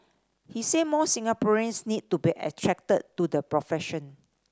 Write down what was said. he said more Singaporeans need to be attracted to the profession